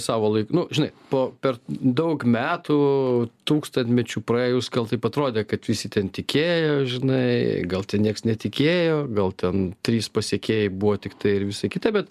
savo laik nu žinai po per daug metų tūkstantmečių praėjus gal taip atrodė kad visi ten tikėjo žinai gal nieks netikėjo gal ten trys pasekėjai buvo tiktai ir visa kita bet